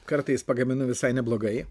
kartais pagaminu visai neblogai